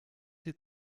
die